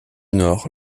nord